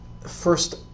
first